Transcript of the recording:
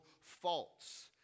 faults